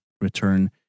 return